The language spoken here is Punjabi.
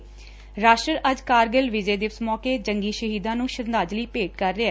ਰਾਸ਼ਟਰ ਅੱਜ ਕਾਰਗਿਲ ਵਿਜੈ ਦਿਵਸ ਮੌਕੇ ਜੰਗੀ ਸ਼ਹੀਦਾਂ ਨੂੰ ਸ਼ਰਧਾਂਜਲੀ ਭੇਂਟ ਕਰ ਰਿਹੈ